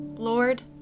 Lord